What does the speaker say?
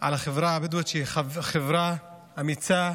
על החברה הבדואית שהיא חברה אמיצה,